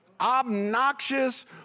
obnoxious